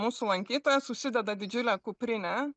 mūsų lankytojas užsideda didžiulę kuprinę